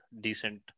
decent